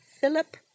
Philip